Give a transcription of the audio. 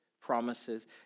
promises